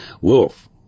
Wolf